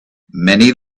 many